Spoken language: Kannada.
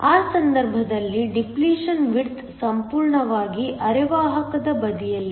ಆ ಸಂದರ್ಭದಲ್ಲಿ ಡಿಪ್ಲೀಷನ್ ವಿಡ್ತ್ ಸಂಪೂರ್ಣವಾಗಿ ಅರೆವಾಹಕದ ಬದಿಯಲ್ಲಿದೆ